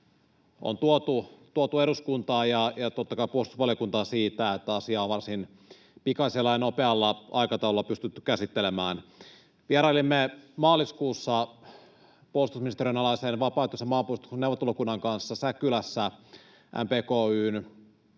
on tuotu eduskuntaan, ja totta kai puolustusvaliokuntaa siitä, että asiaa varsin pikaisella ja nopealla aikataululla on pystytty käsittelemään. Vierailimme maaliskuussa puolustusministeriön alaisen vapaaehtoisen maanpuolustuksen neuvottelukunnan kanssa Säkylässä MPK:n